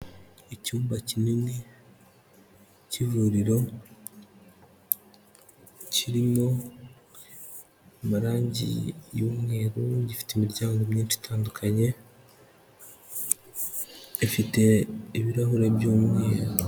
Icyumba kinini cy'ivuriro kirimo amarangi y'umweru, gifite imiryango myinshi itandukanye ifite ibirahuri by'umweru.